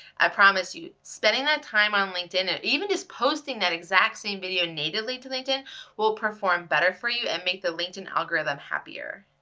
i promise you, spending that time on linkedin, or even just posting that exact same video natively to linkedin will perform better for you and make the linkedin algorithm happier.